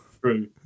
True